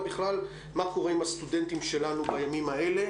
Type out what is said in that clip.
בכלל מה קורה עם הסטודנטים שלנו בימים האלה.